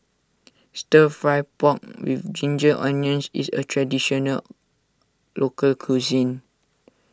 Stir Fry Pork with Ginger Onions is a Traditional Local Cuisine